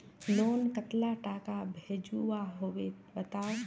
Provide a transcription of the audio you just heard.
Loan कतला टाका भेजुआ होबे बताउ?